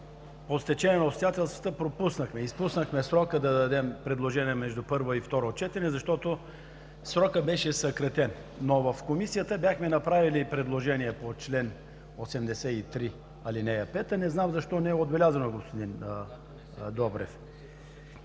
По стечение на обстоятелствата изпуснахме срока да дадем предложения между първо и второ четене, защото срокът беше съкратен. Но в Комисията бяхме направили предложение по чл. 83, ал. 5. Не знам защо не е отбелязано, господин Добрев?